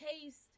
taste